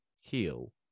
heal